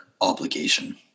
obligation